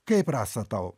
kaip rasa tau